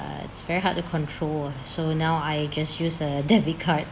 it's very hard to control so now I just use a debit card